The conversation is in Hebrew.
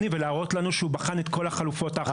ולהראות לנו שהוא בחן את כל החלופות האחרות.